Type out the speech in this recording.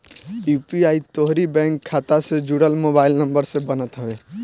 UPI तोहरी bank खाता से जुड़ल मोबाइल नंबर से बनत हवे